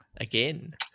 Again